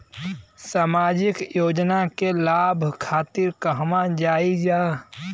सामाजिक योजना के लाभ खातिर कहवा जाई जा?